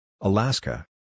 Alaska